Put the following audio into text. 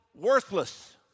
worthless